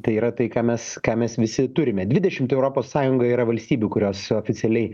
tai yra tai ką mes ką mes visi turime dvidešimt europos sąjungoje yra valstybių kurios oficialiai